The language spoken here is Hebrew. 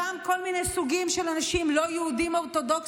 גם כל מיני סוגים של אנשים לא יהודים אורתודוקסים.